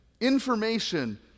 information